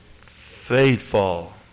faithful